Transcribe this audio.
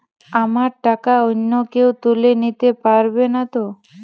আমার টাকা অন্য কেউ তুলে নিতে পারবে নাতো?